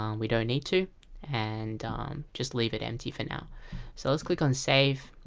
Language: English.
um we don't need to and just leave it empty for now so let's click on save